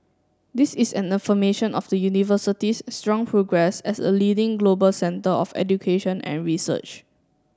this is an affirmation of the University's strong progress as a leading global centre of education and research